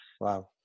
Wow